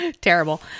Terrible